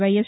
YS